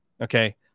okay